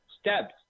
steps